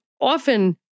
often